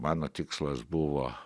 mano tikslas buvo